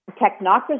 technocracy